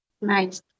Nice